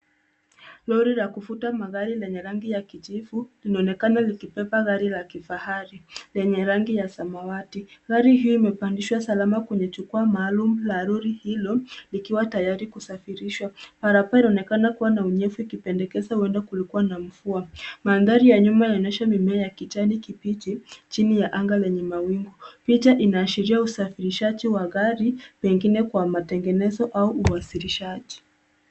Lori la kuvuta magari lenye rangi ya kijivu linaonekana likibeba gari la kifahari lenye rangi ya samawati. Gari hii imepandishwa salama kwenye jukwaa maalumu ya lori hilo, likiwa tayari kusafirishwa. Barabara inaonekana kuwa na unyevu, ukipendekeza huenda kulikwa na mvua. Mandhari ya nyuma yanaonyesha mimea ya kijani kibichi chini ya anga lenye mawingu. Picha inashiria usafirishaji wa gari, pengine kwa matengenezo au uwasilishaji.